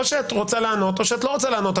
או שאת רוצה לענות או שאת לא רוצה לענות.